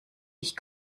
ich